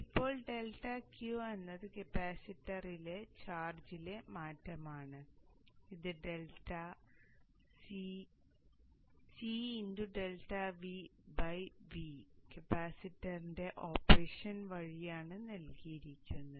ഇപ്പോൾ delta Q എന്നത് കപ്പാസിറ്ററിലെ ചാർജിലെ മാറ്റമാണ് ഇത് C∆VV കപ്പാസിറ്ററിന്റെ ഓപ്പറേഷൻ വഴിയാണ് നൽകിയിരിക്കുന്നത്